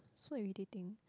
so irritating